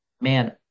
man